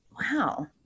wow